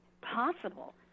possible